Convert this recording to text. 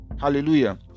Hallelujah